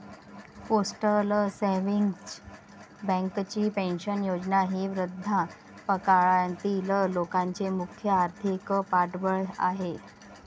postal savings बँकेची pension योजना ही वृद्धापकाळातील लोकांचे मुख्य आर्थिक पाठबळ आहे